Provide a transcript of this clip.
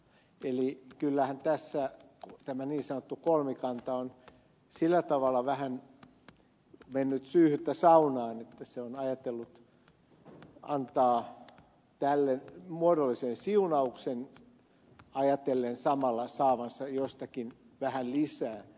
eli kyllähän tässä tämä niin sanottu kolmikanta on sillä tavalla vähän mennyt syyhyttä saunaan että se on ajatellut antaa tälle muodollisen siunauksen ajatellen samalla saavansa jostakin vähän lisää